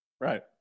Right